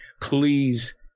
Please